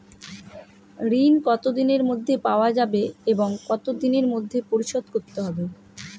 ঋণ কতদিনের মধ্যে পাওয়া যাবে এবং কত দিনের মধ্যে পরিশোধ করতে হবে?